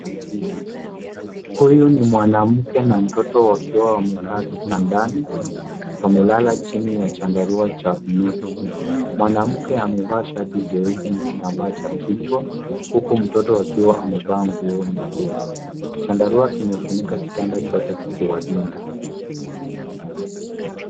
Huyu ni mwanamke na mtoto wakiwa wamekaa kitandani. Wamelala chini ya chandarua cha blue . Mwanamke amevaa shati jeupe na kitambaa cha kichwa huku mtoto akiwa amevaa nguo nyepesi. Chandarua kimefunika kitanda chote kikiwalinda.